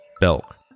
Belk